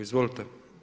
Izvolite.